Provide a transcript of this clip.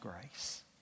grace